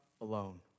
alone